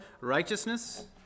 righteousness